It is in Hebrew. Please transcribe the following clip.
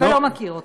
ולא מכיר אותו.